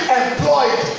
employed